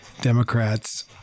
Democrats